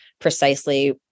precisely